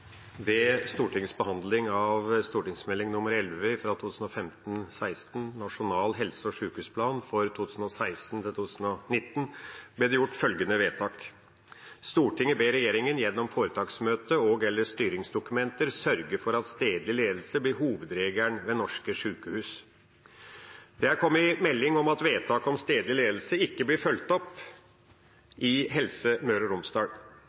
Stortingets behandling av Meld. St. 11 Nasjonal helse- og sykehusplan , ble det gjort følgende vedtak: «Stortinget ber regjeringen gjennom foretaksmøtet og/eller styringsdokumenter sørge for at stedlig ledelse blir hovedregelen ved norske sykehus.» Det er kommet melding om at vedtaket om stedlig ledelse ikke blir fulgt opp i Helse Møre og Romsdal.